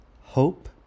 Hope